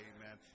Amen